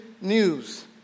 news